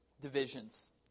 divisions